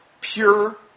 Pure